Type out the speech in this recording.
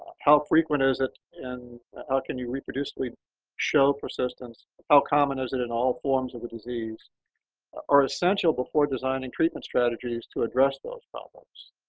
how frequent is it and how can you reproduce with show persistence how common is it in all forms of the disease are essential before designing treatment strategies to address those problems?